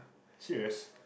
serious